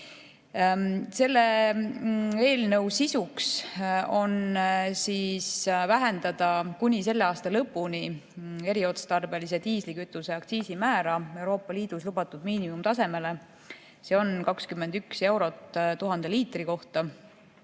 Selle eelnõu sisuks on vähendada kuni selle aasta lõpuni eriotstarbelise diislikütuse aktsiisimäära Euroopa Liidus lubatud miinimumtasemeni. See on 21 eurot 1000 liitri kohta.